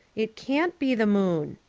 it can't be the moon,